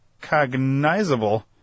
cognizable